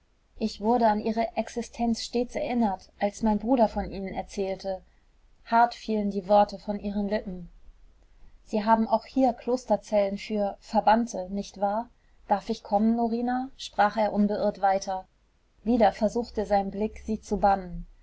ich wurde an ihre existenz erst erinnert als mein bruder von ihnen erzählte hart fielen die worte von ihren lippen sie haben auch hier klosterzellen für verbannte nicht wahr darf ich kommen norina sprach er unbeirrt weiter wieder versuchte sein blick sie zu bannen